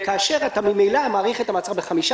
כאשר אתה ממילא מאריך את המעצר בחמישה